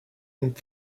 and